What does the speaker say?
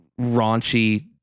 raunchy